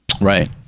Right